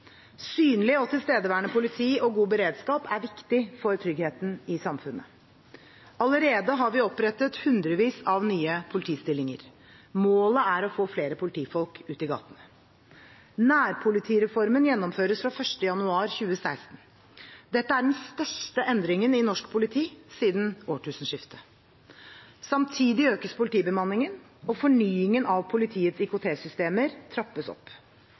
Synlig og tilstedeværende politi og god beredskap er viktig for tryggheten i samfunnet. Allerede har vi opprettet hundrevis av nye politistillinger. Målet er å få flere politifolk ut i gatene. Nærpolitireformen gjennomføres fra 1. januar 2016. Dette er den største endringen i norsk politi siden årtusenskiftet. Samtidig økes politibemanningen, og fornyingen av politiets IKT-systemer trappes opp.